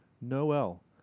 Noel